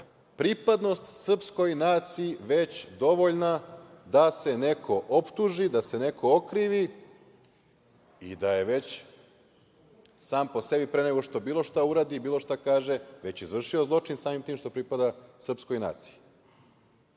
pripadnost srpskoj naciji već dovoljna da se neko optuži, da se neko okrivi i da je već sam po sebi, pre nego što bilo šta uradi, bilo šta kaže, već izvršio zločin samim tim što pripada srpskoj naciji. Dakle,